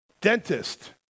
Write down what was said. dentist